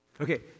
Okay